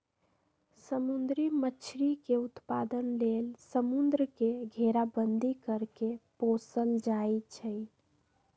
समुद्री मछरी के उत्पादन लेल समुंद्र के घेराबंदी कऽ के पोशल जाइ छइ